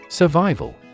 Survival